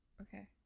okay